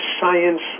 science